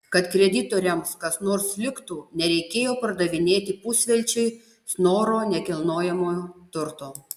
kad kreditoriams kas nors liktų nereikėjo pardavinėti pusvelčiui snoro nekilnojamojo turto